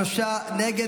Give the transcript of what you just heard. שלושה נגד,